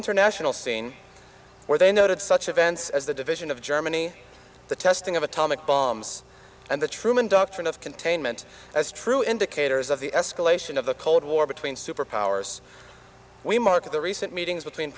international scene where they noted such events as the division of germany the testing of atomic bombs and the truman doctrine of containment as true indicators of the escalation of the cold war between superpowers we marked the recent meetings